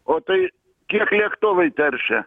o tai kiek lėktuvai teršia